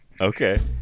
Okay